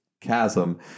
chasm